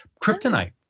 Kryptonite